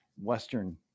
Western